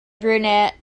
brunette